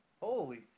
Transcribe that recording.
Holy